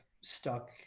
stuck